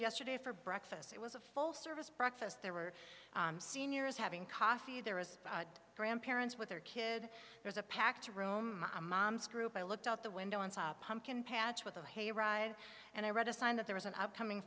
yesterday for breakfast it was a full service breakfast there were seniors having coffee there was grandparents with their kid there's a packed room moms group i looked out the window and saw a pumpkin patch with a hay ride and i read a sign that there was an upcoming